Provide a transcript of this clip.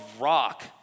rock